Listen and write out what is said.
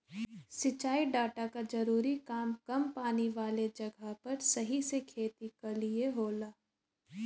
सिंचाई डाटा क जरूरी काम कम पानी वाले जगह पर सही से खेती क लिए होला